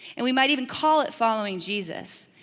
and we might even call it following jesus,